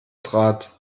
trat